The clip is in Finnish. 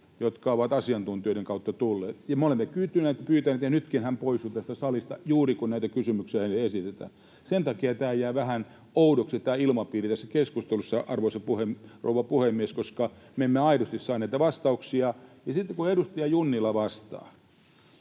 jotka ovat asiantuntijoiden kautta tulleet. Me olemme pyytäneet ja pyytäneet, ja nytkin hän poistui tästä salista juuri, kun näitä kysymyksiä hänelle esitetään. Sen takia jää vähän oudoksi tämä ilmapiiri tässä keskustelussa, arvoisa rouva puhemies, koska me emme aidosti saa näitä vastauksia. Sitten kun edustaja Junnila vastaa: